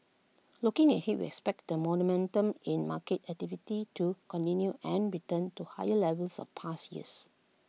looking ahead we expect the momentum in market activity to continue and return to higher levels of past years